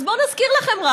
אז בואו רק נזכיר לכם: